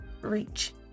Reach